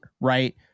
right